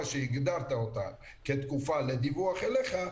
שהגדרת אותה כתקופה לדיווח אליך,